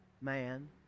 man